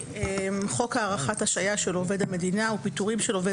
חוק הארכת השעיה של עובד המדינה ופיטורים של עובד